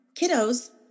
kiddos